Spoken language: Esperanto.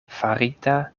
farita